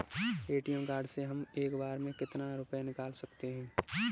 ATM card से हम एक बार में कितना रुपया निकाल सकते हैं?